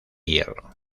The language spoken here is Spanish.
hierro